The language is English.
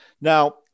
Now